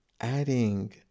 adding